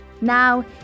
Now